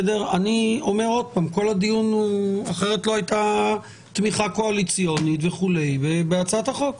אחרת לא הייתה תמיכה קואליציונית בהצעת החוק.